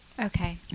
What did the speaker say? Okay